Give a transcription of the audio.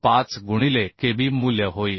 5 गुणिले kb मूल्य होईल